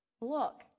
look